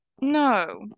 No